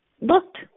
looked